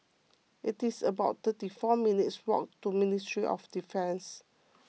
it is about thirty four minutes' walk to Ministry of Defence